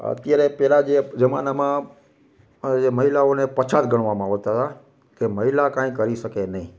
અત્યારે પહેલાં જે જમાનામાં મહિલાઓને પછાત ગણવામાં આવતાં તા કે મહિલા કાંઈ કરી શકે નહીં